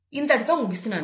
ఇంతటితో ముగిస్తున్నాను